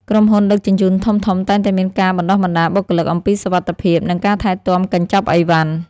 ក្រុមហ៊ុនដឹកជញ្ជូនធំៗតែងតែមានការបណ្តុះបណ្តាលបុគ្គលិកអំពីសុវត្ថិភាព និងការថែទាំកញ្ចប់អីវ៉ាន់។